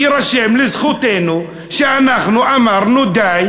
יירשם לזכותנו שאמרנו די